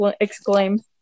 exclaims